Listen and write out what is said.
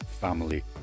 family